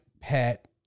pet